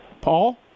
Paul